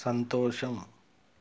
సంతోషం